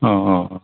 औ औ औ